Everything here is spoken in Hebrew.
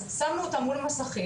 אז שמנו אותם מול מסכים,